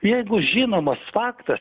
jeigu žinomas faktas